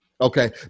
Okay